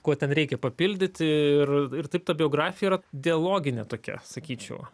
kuo ten reikia papildyti ir ir taip ta biografija yra dialoginė tokia sakyčiau